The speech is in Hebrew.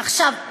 עכשיו,